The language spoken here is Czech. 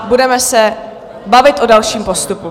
Budeme se bavit o dalším postupu.